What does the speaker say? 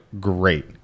great